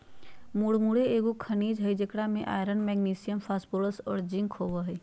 मुरमुरे एगो खनिज हइ जेकरा में आयरन, मैग्नीशियम, फास्फोरस और जिंक होबो हइ